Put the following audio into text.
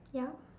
yup